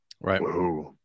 Right